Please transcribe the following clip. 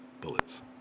bullets